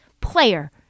player